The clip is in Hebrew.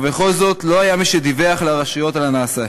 ובכל זאת לא היה מי שדיווח לרשויות על הנעשה.